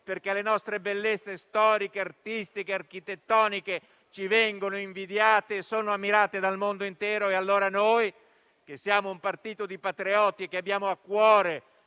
perché le nostre bellezze storiche, artistiche e architettoniche ci vengono invidiate e sono ammirate dal mondo intero. Allora noi, che siamo un partito di patrioti e che abbiamo a cuore